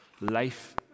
life